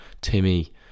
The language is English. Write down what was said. timmy